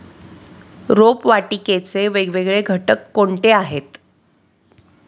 रोपवाटिकेचे वेगवेगळे घटक कोणते आहेत?